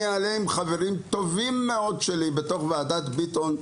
עם חברים טובים מאוד שלי בתוך ועדת ביטון.